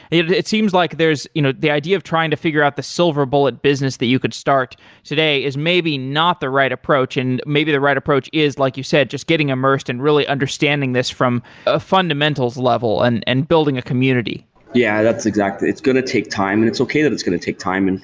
it seems like you know the idea of trying to figure out the silver bullet business that you could start today is maybe not the right approach and maybe the right approach is, like you said, just getting immersed and really understanding this from a fundamental level and and building a community yeah, that's exactly it's going to take time. and it's okay that it's going to take time. and